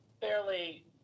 fairly